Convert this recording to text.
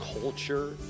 culture